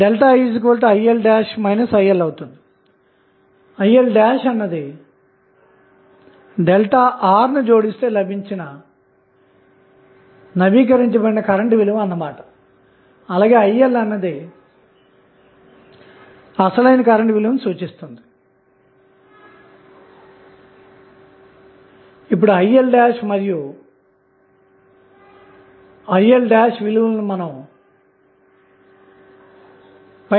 circuit లో ఆధారిత మైన సోర్స్ లు కలిగి ఉన్నప్పుడు టెర్మినల్స్ ab వద్ద కనెక్ట్ చేసిన లోడ్ కి బదిలీ అయ్యే గరిష్ట పవర్ యొక్క విలువను ఈ విధంగా తెలుసుకోవచ్చు